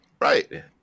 Right